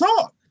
talk